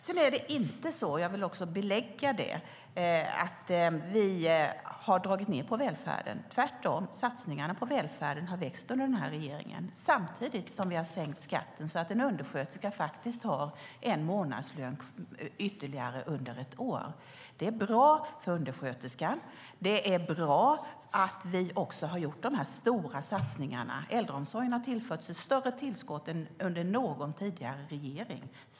Sedan är det inte så - jag vill belägga det - att vi har dragit ned på välfärden. Tvärtom har satsningarna på välfärden växt under den här regeringen. Samtidigt har vi sänkt skatten så att en undersköterska faktiskt får ytterligare en månadslön under ett år. Det är bra för undersköterskan. Det är också bra att vi har gjort de här stora satsningarna. Äldreomsorgen har fått ett större tillskott än under någon tidigare regering.